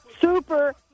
Super